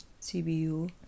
CBU